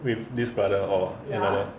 with this brother or another